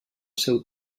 seu